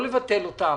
לא לבטל אותן,